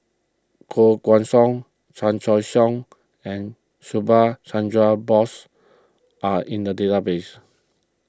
Koh Guan Song Chan Choy Siong and Subhas Chandra Bose are in the database